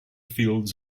fields